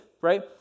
right